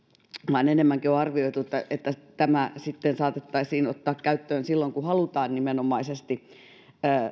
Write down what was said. vaan enemmänkin on arvioitu että tämä saatettaisiin ottaa käyttöön silloin kun halutaan nimenomaisesti